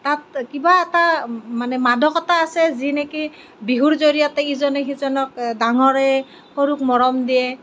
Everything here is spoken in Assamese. তাত কিবা এটা মানে মাদকতা আছে যি নেকি বিহুৰ জড়িয়তে ইজনে সিজনক ডাঙৰে সৰুক মৰম দিয়ে